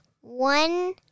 one